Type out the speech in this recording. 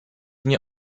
nie